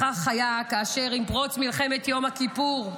כך היה כאשר עם פרוץ מלחמת יום כיפור,